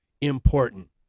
important